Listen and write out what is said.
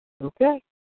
Okay